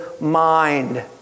mind